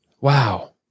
Wow